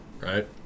right